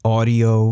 Audio